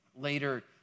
Later